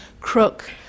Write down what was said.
crook